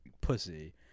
pussy